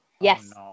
Yes